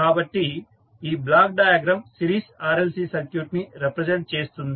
కాబట్టి ఈ block diagram series RLC circuit ని రిప్రజెంట్ చేస్తుంది